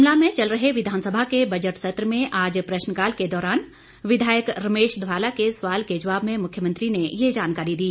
शिमला में चल रहे विधानसभा के बजट सत्र में आज प्रश्नकाल के दौरान विधायक रमेश धवाला के सवाल के जवाब में मुख्यमंत्री ने ये जानकारी दी